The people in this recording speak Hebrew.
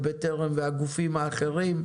את בטרם והגופים האחרים,